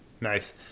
Nice